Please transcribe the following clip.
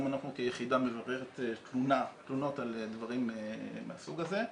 גם אנחנו כיחידה מבררים את התלונות על דברים מהסוג הזה,